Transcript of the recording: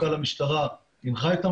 מפכ"ל המשטרה הנחה את המפקדים.